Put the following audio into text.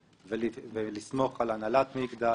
הנהלה.